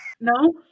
No